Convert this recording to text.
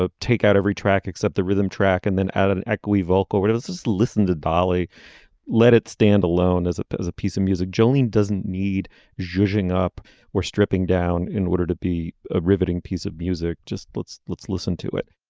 ah take out every track except the rhythm track and then add an echoey vocal widows just listen to dolly let it stand alone as it is a piece of music jolene doesn't need judging up were stripping down in order to be a riveting piece of music just let's let's listen to it.